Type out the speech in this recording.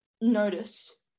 notice